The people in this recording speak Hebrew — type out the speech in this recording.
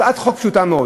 הצעת חוק פשוטה מאוד".